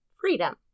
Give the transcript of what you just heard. freedom